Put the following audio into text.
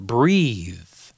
Breathe